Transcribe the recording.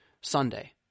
Sunday